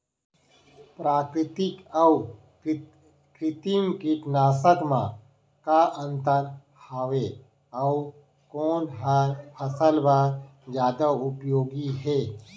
प्राकृतिक अऊ कृत्रिम कीटनाशक मा का अन्तर हावे अऊ कोन ह फसल बर जादा उपयोगी हे?